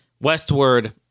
westward